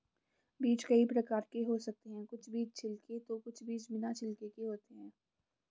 बीज कई प्रकार के हो सकते हैं कुछ बीज छिलके तो कुछ बिना छिलके के होते हैं